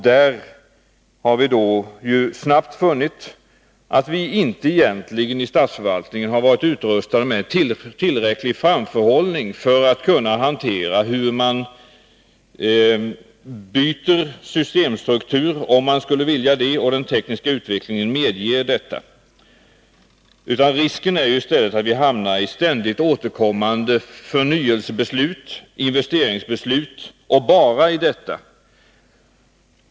Där har vi snabbt funnit att vi inom statsförvaltningen inte har haft tillräcklig framförhållning för att kunna hantera frågan hur man byter systemstruktur, om man skulle vilja det och den tekniska utvecklingen medger det. Risken är i stället att vi hamnar i ständigt återkommande förnyelsebeslut och investeringsbeslut — och bara i detta.